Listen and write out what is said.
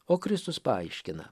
o kristus paaiškina